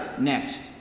next